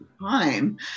time